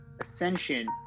ascension